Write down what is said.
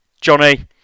johnny